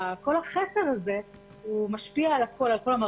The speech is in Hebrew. החסר הזה משפיע על כל המערכת,